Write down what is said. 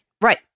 Right